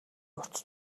урт